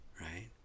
right